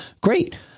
great